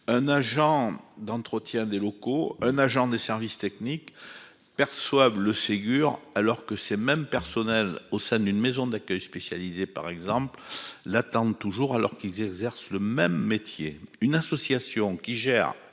un agent d'entretien des locaux, un agent des services techniques, perçoivent le Ségur alors que ces mêmes personnel au sein d'une maison d'accueil spécialisée par exemple l'attendent toujours. Alors qu'ils exercent le même métier, une association qui gère